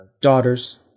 Daughters